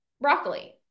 broccoli